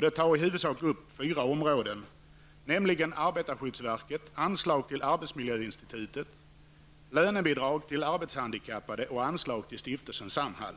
Det tar i huvudsak upp fyra områden, nämligen arbetarskyddsverket, anslag till arbetsmiljöinstitutet, lönebidrag till arbetshandikappade och anslag till stiftelsen Samhall.